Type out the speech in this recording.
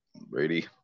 Brady